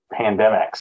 pandemics